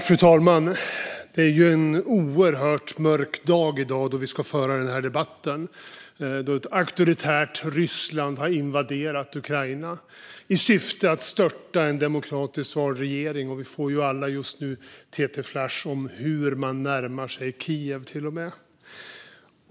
Fru talman! Det är en oerhört mörk dag i dag när vi ska föra den här debatten. Ett auktoritärt Ryssland har invaderat Ukraina i syfte att störta en demokratiskt vald regering. Vi får alla just nu en TT-flash om hur man närmar sig Kiev.